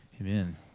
Amen